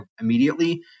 immediately